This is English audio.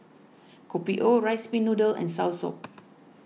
Kopi O Rice Pin Noodles and Soursop